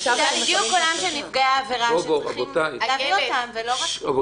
--- קולם של נפגעי העבירה שצריכים להביא אותם ולא רק --- רבותיי,